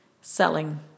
selling